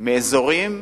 מאשר באזורים